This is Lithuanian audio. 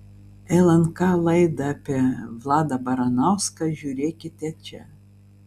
lnk laidą apie vladą baranauską žiūrėkite čia